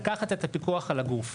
לקחת את הפיקוח על הגוף.